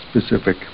specific